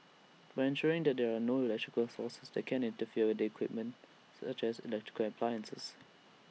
by ensuring that there are no electrical sources that can with the equipment such as electrical appliances